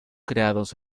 creados